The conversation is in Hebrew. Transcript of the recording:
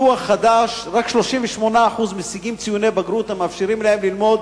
זה דוח חדש: רק 38% משיגים ציוני בגרות המאפשרים להם ללמוד